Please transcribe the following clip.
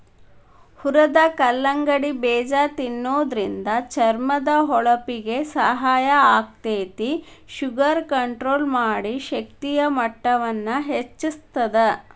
ಹುರದ ಕಲ್ಲಂಗಡಿ ಬೇಜ ತಿನ್ನೋದ್ರಿಂದ ಚರ್ಮದ ಹೊಳಪಿಗೆ ಸಹಾಯ ಆಗ್ತೇತಿ, ಶುಗರ್ ಕಂಟ್ರೋಲ್ ಮಾಡಿ, ಶಕ್ತಿಯ ಮಟ್ಟವನ್ನ ಹೆಚ್ಚಸ್ತದ